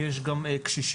יש גם קשישים,